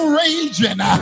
raging